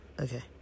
Okay